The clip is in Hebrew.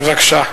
לא,